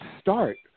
start